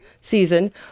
season